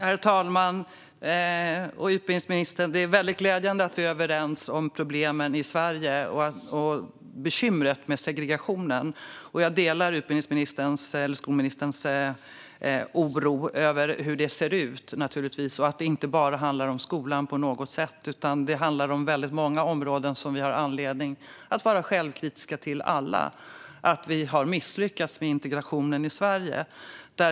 Herr talman! Utbildningsministern! Det är mycket glädjande att vi är överens om problemen i Sverige och bekymret med segregationen. Jag delar naturligtvis utbildningsministerns oro över hur det ser ut. Det handlar inte bara om skolan, utan det handlar om väldigt många områden. Vi har alla anledning att vara självkritiska. Vi har misslyckats med integrationen i Sverige.